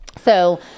So-